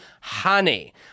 Honey